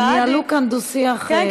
הם ניהלו כאן דו-שיח,